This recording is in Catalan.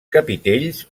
capitells